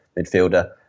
midfielder